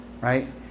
right